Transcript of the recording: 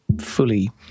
fully